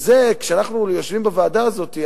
כשאנחנו יושבים בוועדה הזאת,